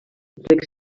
reg